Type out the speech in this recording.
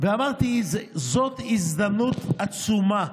אמרתי: זאת הזדמנות עצומה,